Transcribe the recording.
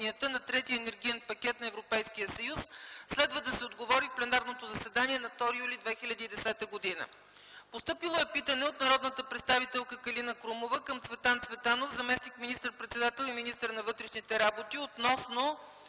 на Третия енергиен пакет на Европейския съюз. Следва да се отговори в пленарното заседание на 2 юли 2010 г. Постъпило е питане от народния представител Калина Крумова към Цветан Цветанов – заместник министър-председател и министър на вътрешните работи, относно